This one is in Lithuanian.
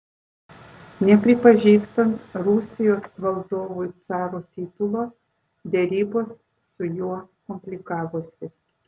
nepripažįstant rusijos valdovui caro titulo derybos su juo komplikavosi